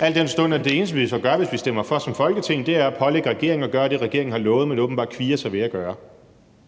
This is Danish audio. al den stund at det eneste, vi gør, hvis vi stemmer for som Folketing, er at pålægge regeringen at gøre det, regeringen har lovet, men åbenbart kvier sig ved at gøre.